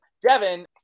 Devin